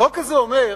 החוק הזה אומר,